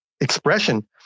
expression